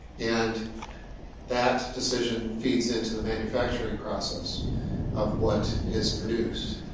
and that decision feeds into the manufacturing process of what is produced.